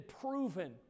proven